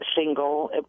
single